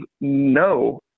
no